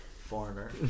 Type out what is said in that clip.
foreigner